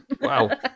Wow